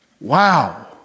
Wow